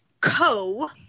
co-